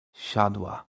siadła